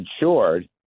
insured